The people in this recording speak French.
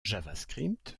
javascript